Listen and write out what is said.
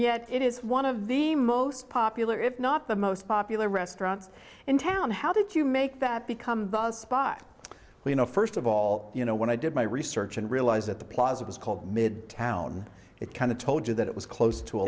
yet it is one of the most popular if not the most popular restaurants in town how did you make that become a spot you know first of all you know when i did my research and realized that the plaza was called mid town it kind of told you that it was close to